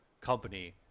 company